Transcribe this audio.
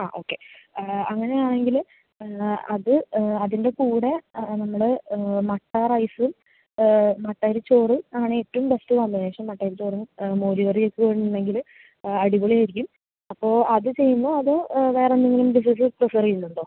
ആ ഓക്കേ അങ്ങനെയാണെങ്കിൽ അത് അതിൻ്റെ കൂടെ നമ്മൾ മട്ട റൈസും മട്ട അരി ചോറ് അങ്ങനെ ഏറ്റവും ബെസ്റ്റ് കോമ്പിനേഷൻ മട്ടയരിച്ചോറും മോരു കറിയും ഒക്കെയുണ്ടെങ്കിൽ അടിപൊളിയായിരിക്കും അപ്പോൾ അത് ചെയ്യുന്നോ അതോ വേറെ എന്തെങ്കിലും രീതി പ്രിഫെർ ചെയ്യുന്നുണ്ടോ